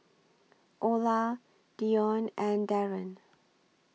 Olar Dione and Darren